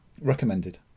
Recommended